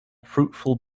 fruitful